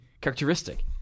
characteristic